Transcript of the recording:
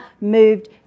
moved